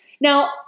Now